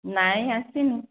ନାଇଁ ଆସିନି